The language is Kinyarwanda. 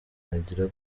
yagira